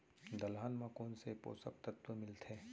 दलहन म कोन से पोसक तत्व मिलथे?